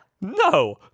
no